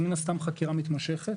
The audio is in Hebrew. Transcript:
אז מן הסתם החקירה מתמשכת.